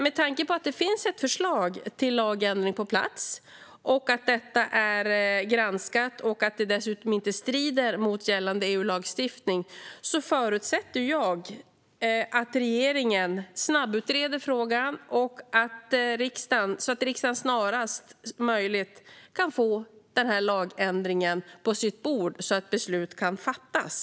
Med tanke på att det finns ett förslag till lagändring på plats och att det är granskat och inte strider mot gällande EU-lagstiftning förutsätter jag att regeringen snabbutreder frågan, så att riksdagen snarast kan få denna lagändring på sitt bord, så att beslut kan fattas.